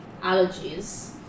allergies